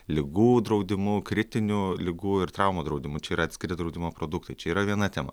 ligų draudimu kritinių ligų ir traumų draudimu čia yra atskiri draudimo produktai čia yra viena tema